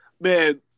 man